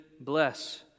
bless